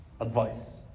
advice